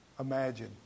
Imagine